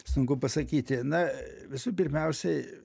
sunku pasakyti na visų pirmiausiai